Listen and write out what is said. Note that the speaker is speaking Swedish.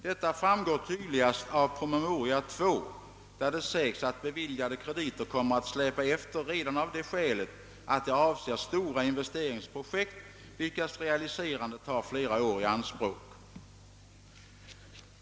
Detta framgår tydligast av promemoria 2, där det sägs, att "beviljade krediter kommer att släpa efter redan av det skälet, att de avser stora investeringsprojekt, vilkas realiserande tar flera år i anspråk”.